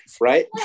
Right